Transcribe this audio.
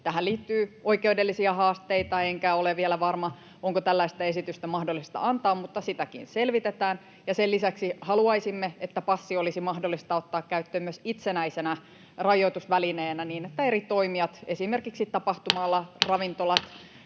Tähän liittyy oikeudellisia haasteita, enkä ole vielä varma, onko tällaista esitystä mahdollista antaa, mutta sitäkin selvitetään. Sen lisäksi haluaisimme, että passi olisi mahdollista ottaa käyttöön myös itsenäisenä rajoitusvälineenä niin, että eri toimijat esimerkiksi tapahtuma-alalla,